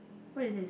what is this